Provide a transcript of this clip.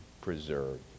preserve